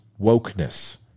wokeness